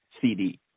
CD